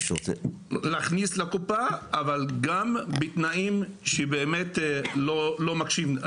צריך להכניס לקופה, אבל בתנאים שלא מקשים.